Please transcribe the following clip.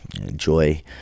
enjoy